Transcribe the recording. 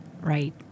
right